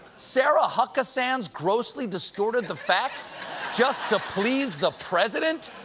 sarah hucka-sands grossly distorted the facts just to please the president?